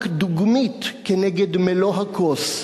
רק דוגמית כנגד מלוא הכוס,